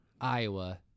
Iowa